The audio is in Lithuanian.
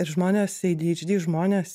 ir žmonės adhd žmonės